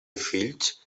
fills